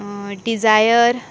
Dzire